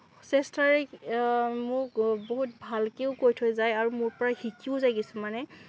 চেষ্টাৰে মোক বহুত ভালকেও কৈ থৈ যায় আৰু মোৰ পৰা শিকিও যায় কিছুমানে